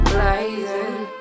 Blazing